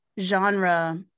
genre